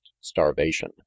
starvation